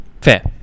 Fair